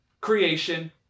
creation